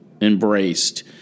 embraced